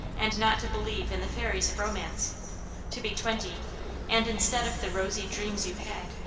and not to believe in the fairies of romance to be twenty and, instead of the rosy dreams you've had,